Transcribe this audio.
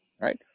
right